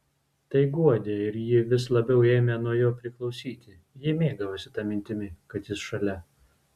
tai guodė ir ji vis labiau ėmė nuo jo priklausyti ji mėgavosi ta mintimi kad jis šalia